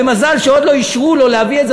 ומזל שעוד לא אישרו לו להביא את זה,